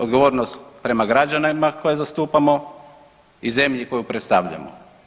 Odgovornost prema građanima koje zastupamo i zemlji koju predstavljamo.